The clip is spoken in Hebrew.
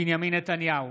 בנימין נתניהו,